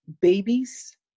babies